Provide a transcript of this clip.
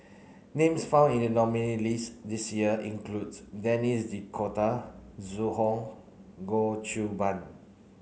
names found in the nominees' list this year include Denis D'Cotta Zhu Hong Goh Qiu Bin